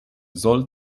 soll